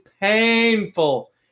painful